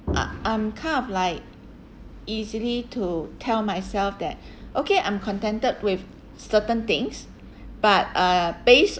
I I'm kind of like easily to tell myself that okay I'm contented with certain things but uh based